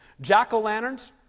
Jack-o'-lanterns